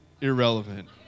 irrelevant